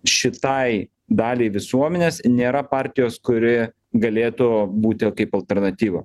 šitai daliai visuomenės nėra partijos kuri galėtų būti kaip alternatyva